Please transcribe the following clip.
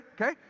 Okay